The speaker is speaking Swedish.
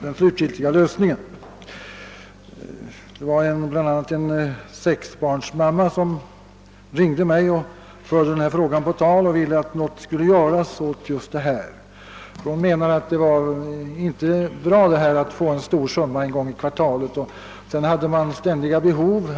Det var bl.a. en sexbarnsmamma som ringde mig och förde denna fråga på tal. Hon ansåg att det inte var bra att få en stor summa pengar en gång i kvartalet.